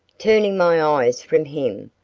turning my eyes from him,